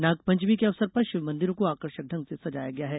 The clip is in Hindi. नागपंचमी के अवसर पर शिवमंदिरों को आकर्षक ढंग से सजाया गया है